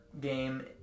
game